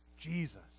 Jesus